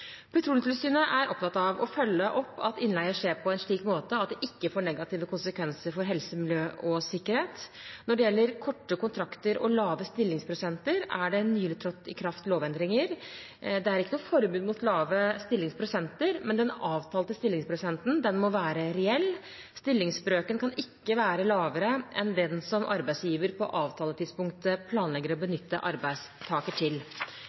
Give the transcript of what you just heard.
er opptatt av å følge opp at innleie skjer på en slik måte at det ikke får negative konsekvenser for helse, miljø og sikkerhet. Når det gjelder korte kontrakter og lave stillingsprosenter, er det nylig trådt i kraft lovendringer. Det er ikke noe forbud mot lave stillingsprosenter, men den avtalte stillingsprosenten må være reell. Stillingsbrøken kan ikke være lavere enn den som arbeidsgiver på avtaletidspunktet planlegger å benytte arbeidstaker til.